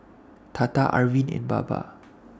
Tata Arvind and Baba